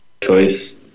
choice